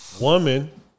Woman